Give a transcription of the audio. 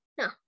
No